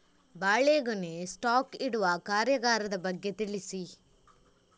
ಬಾಳೆಗೊನೆ ಸ್ಟಾಕ್ ಇಡುವ ಕಾರ್ಯಗಾರದ ಬಗ್ಗೆ ತಿಳಿಸಿ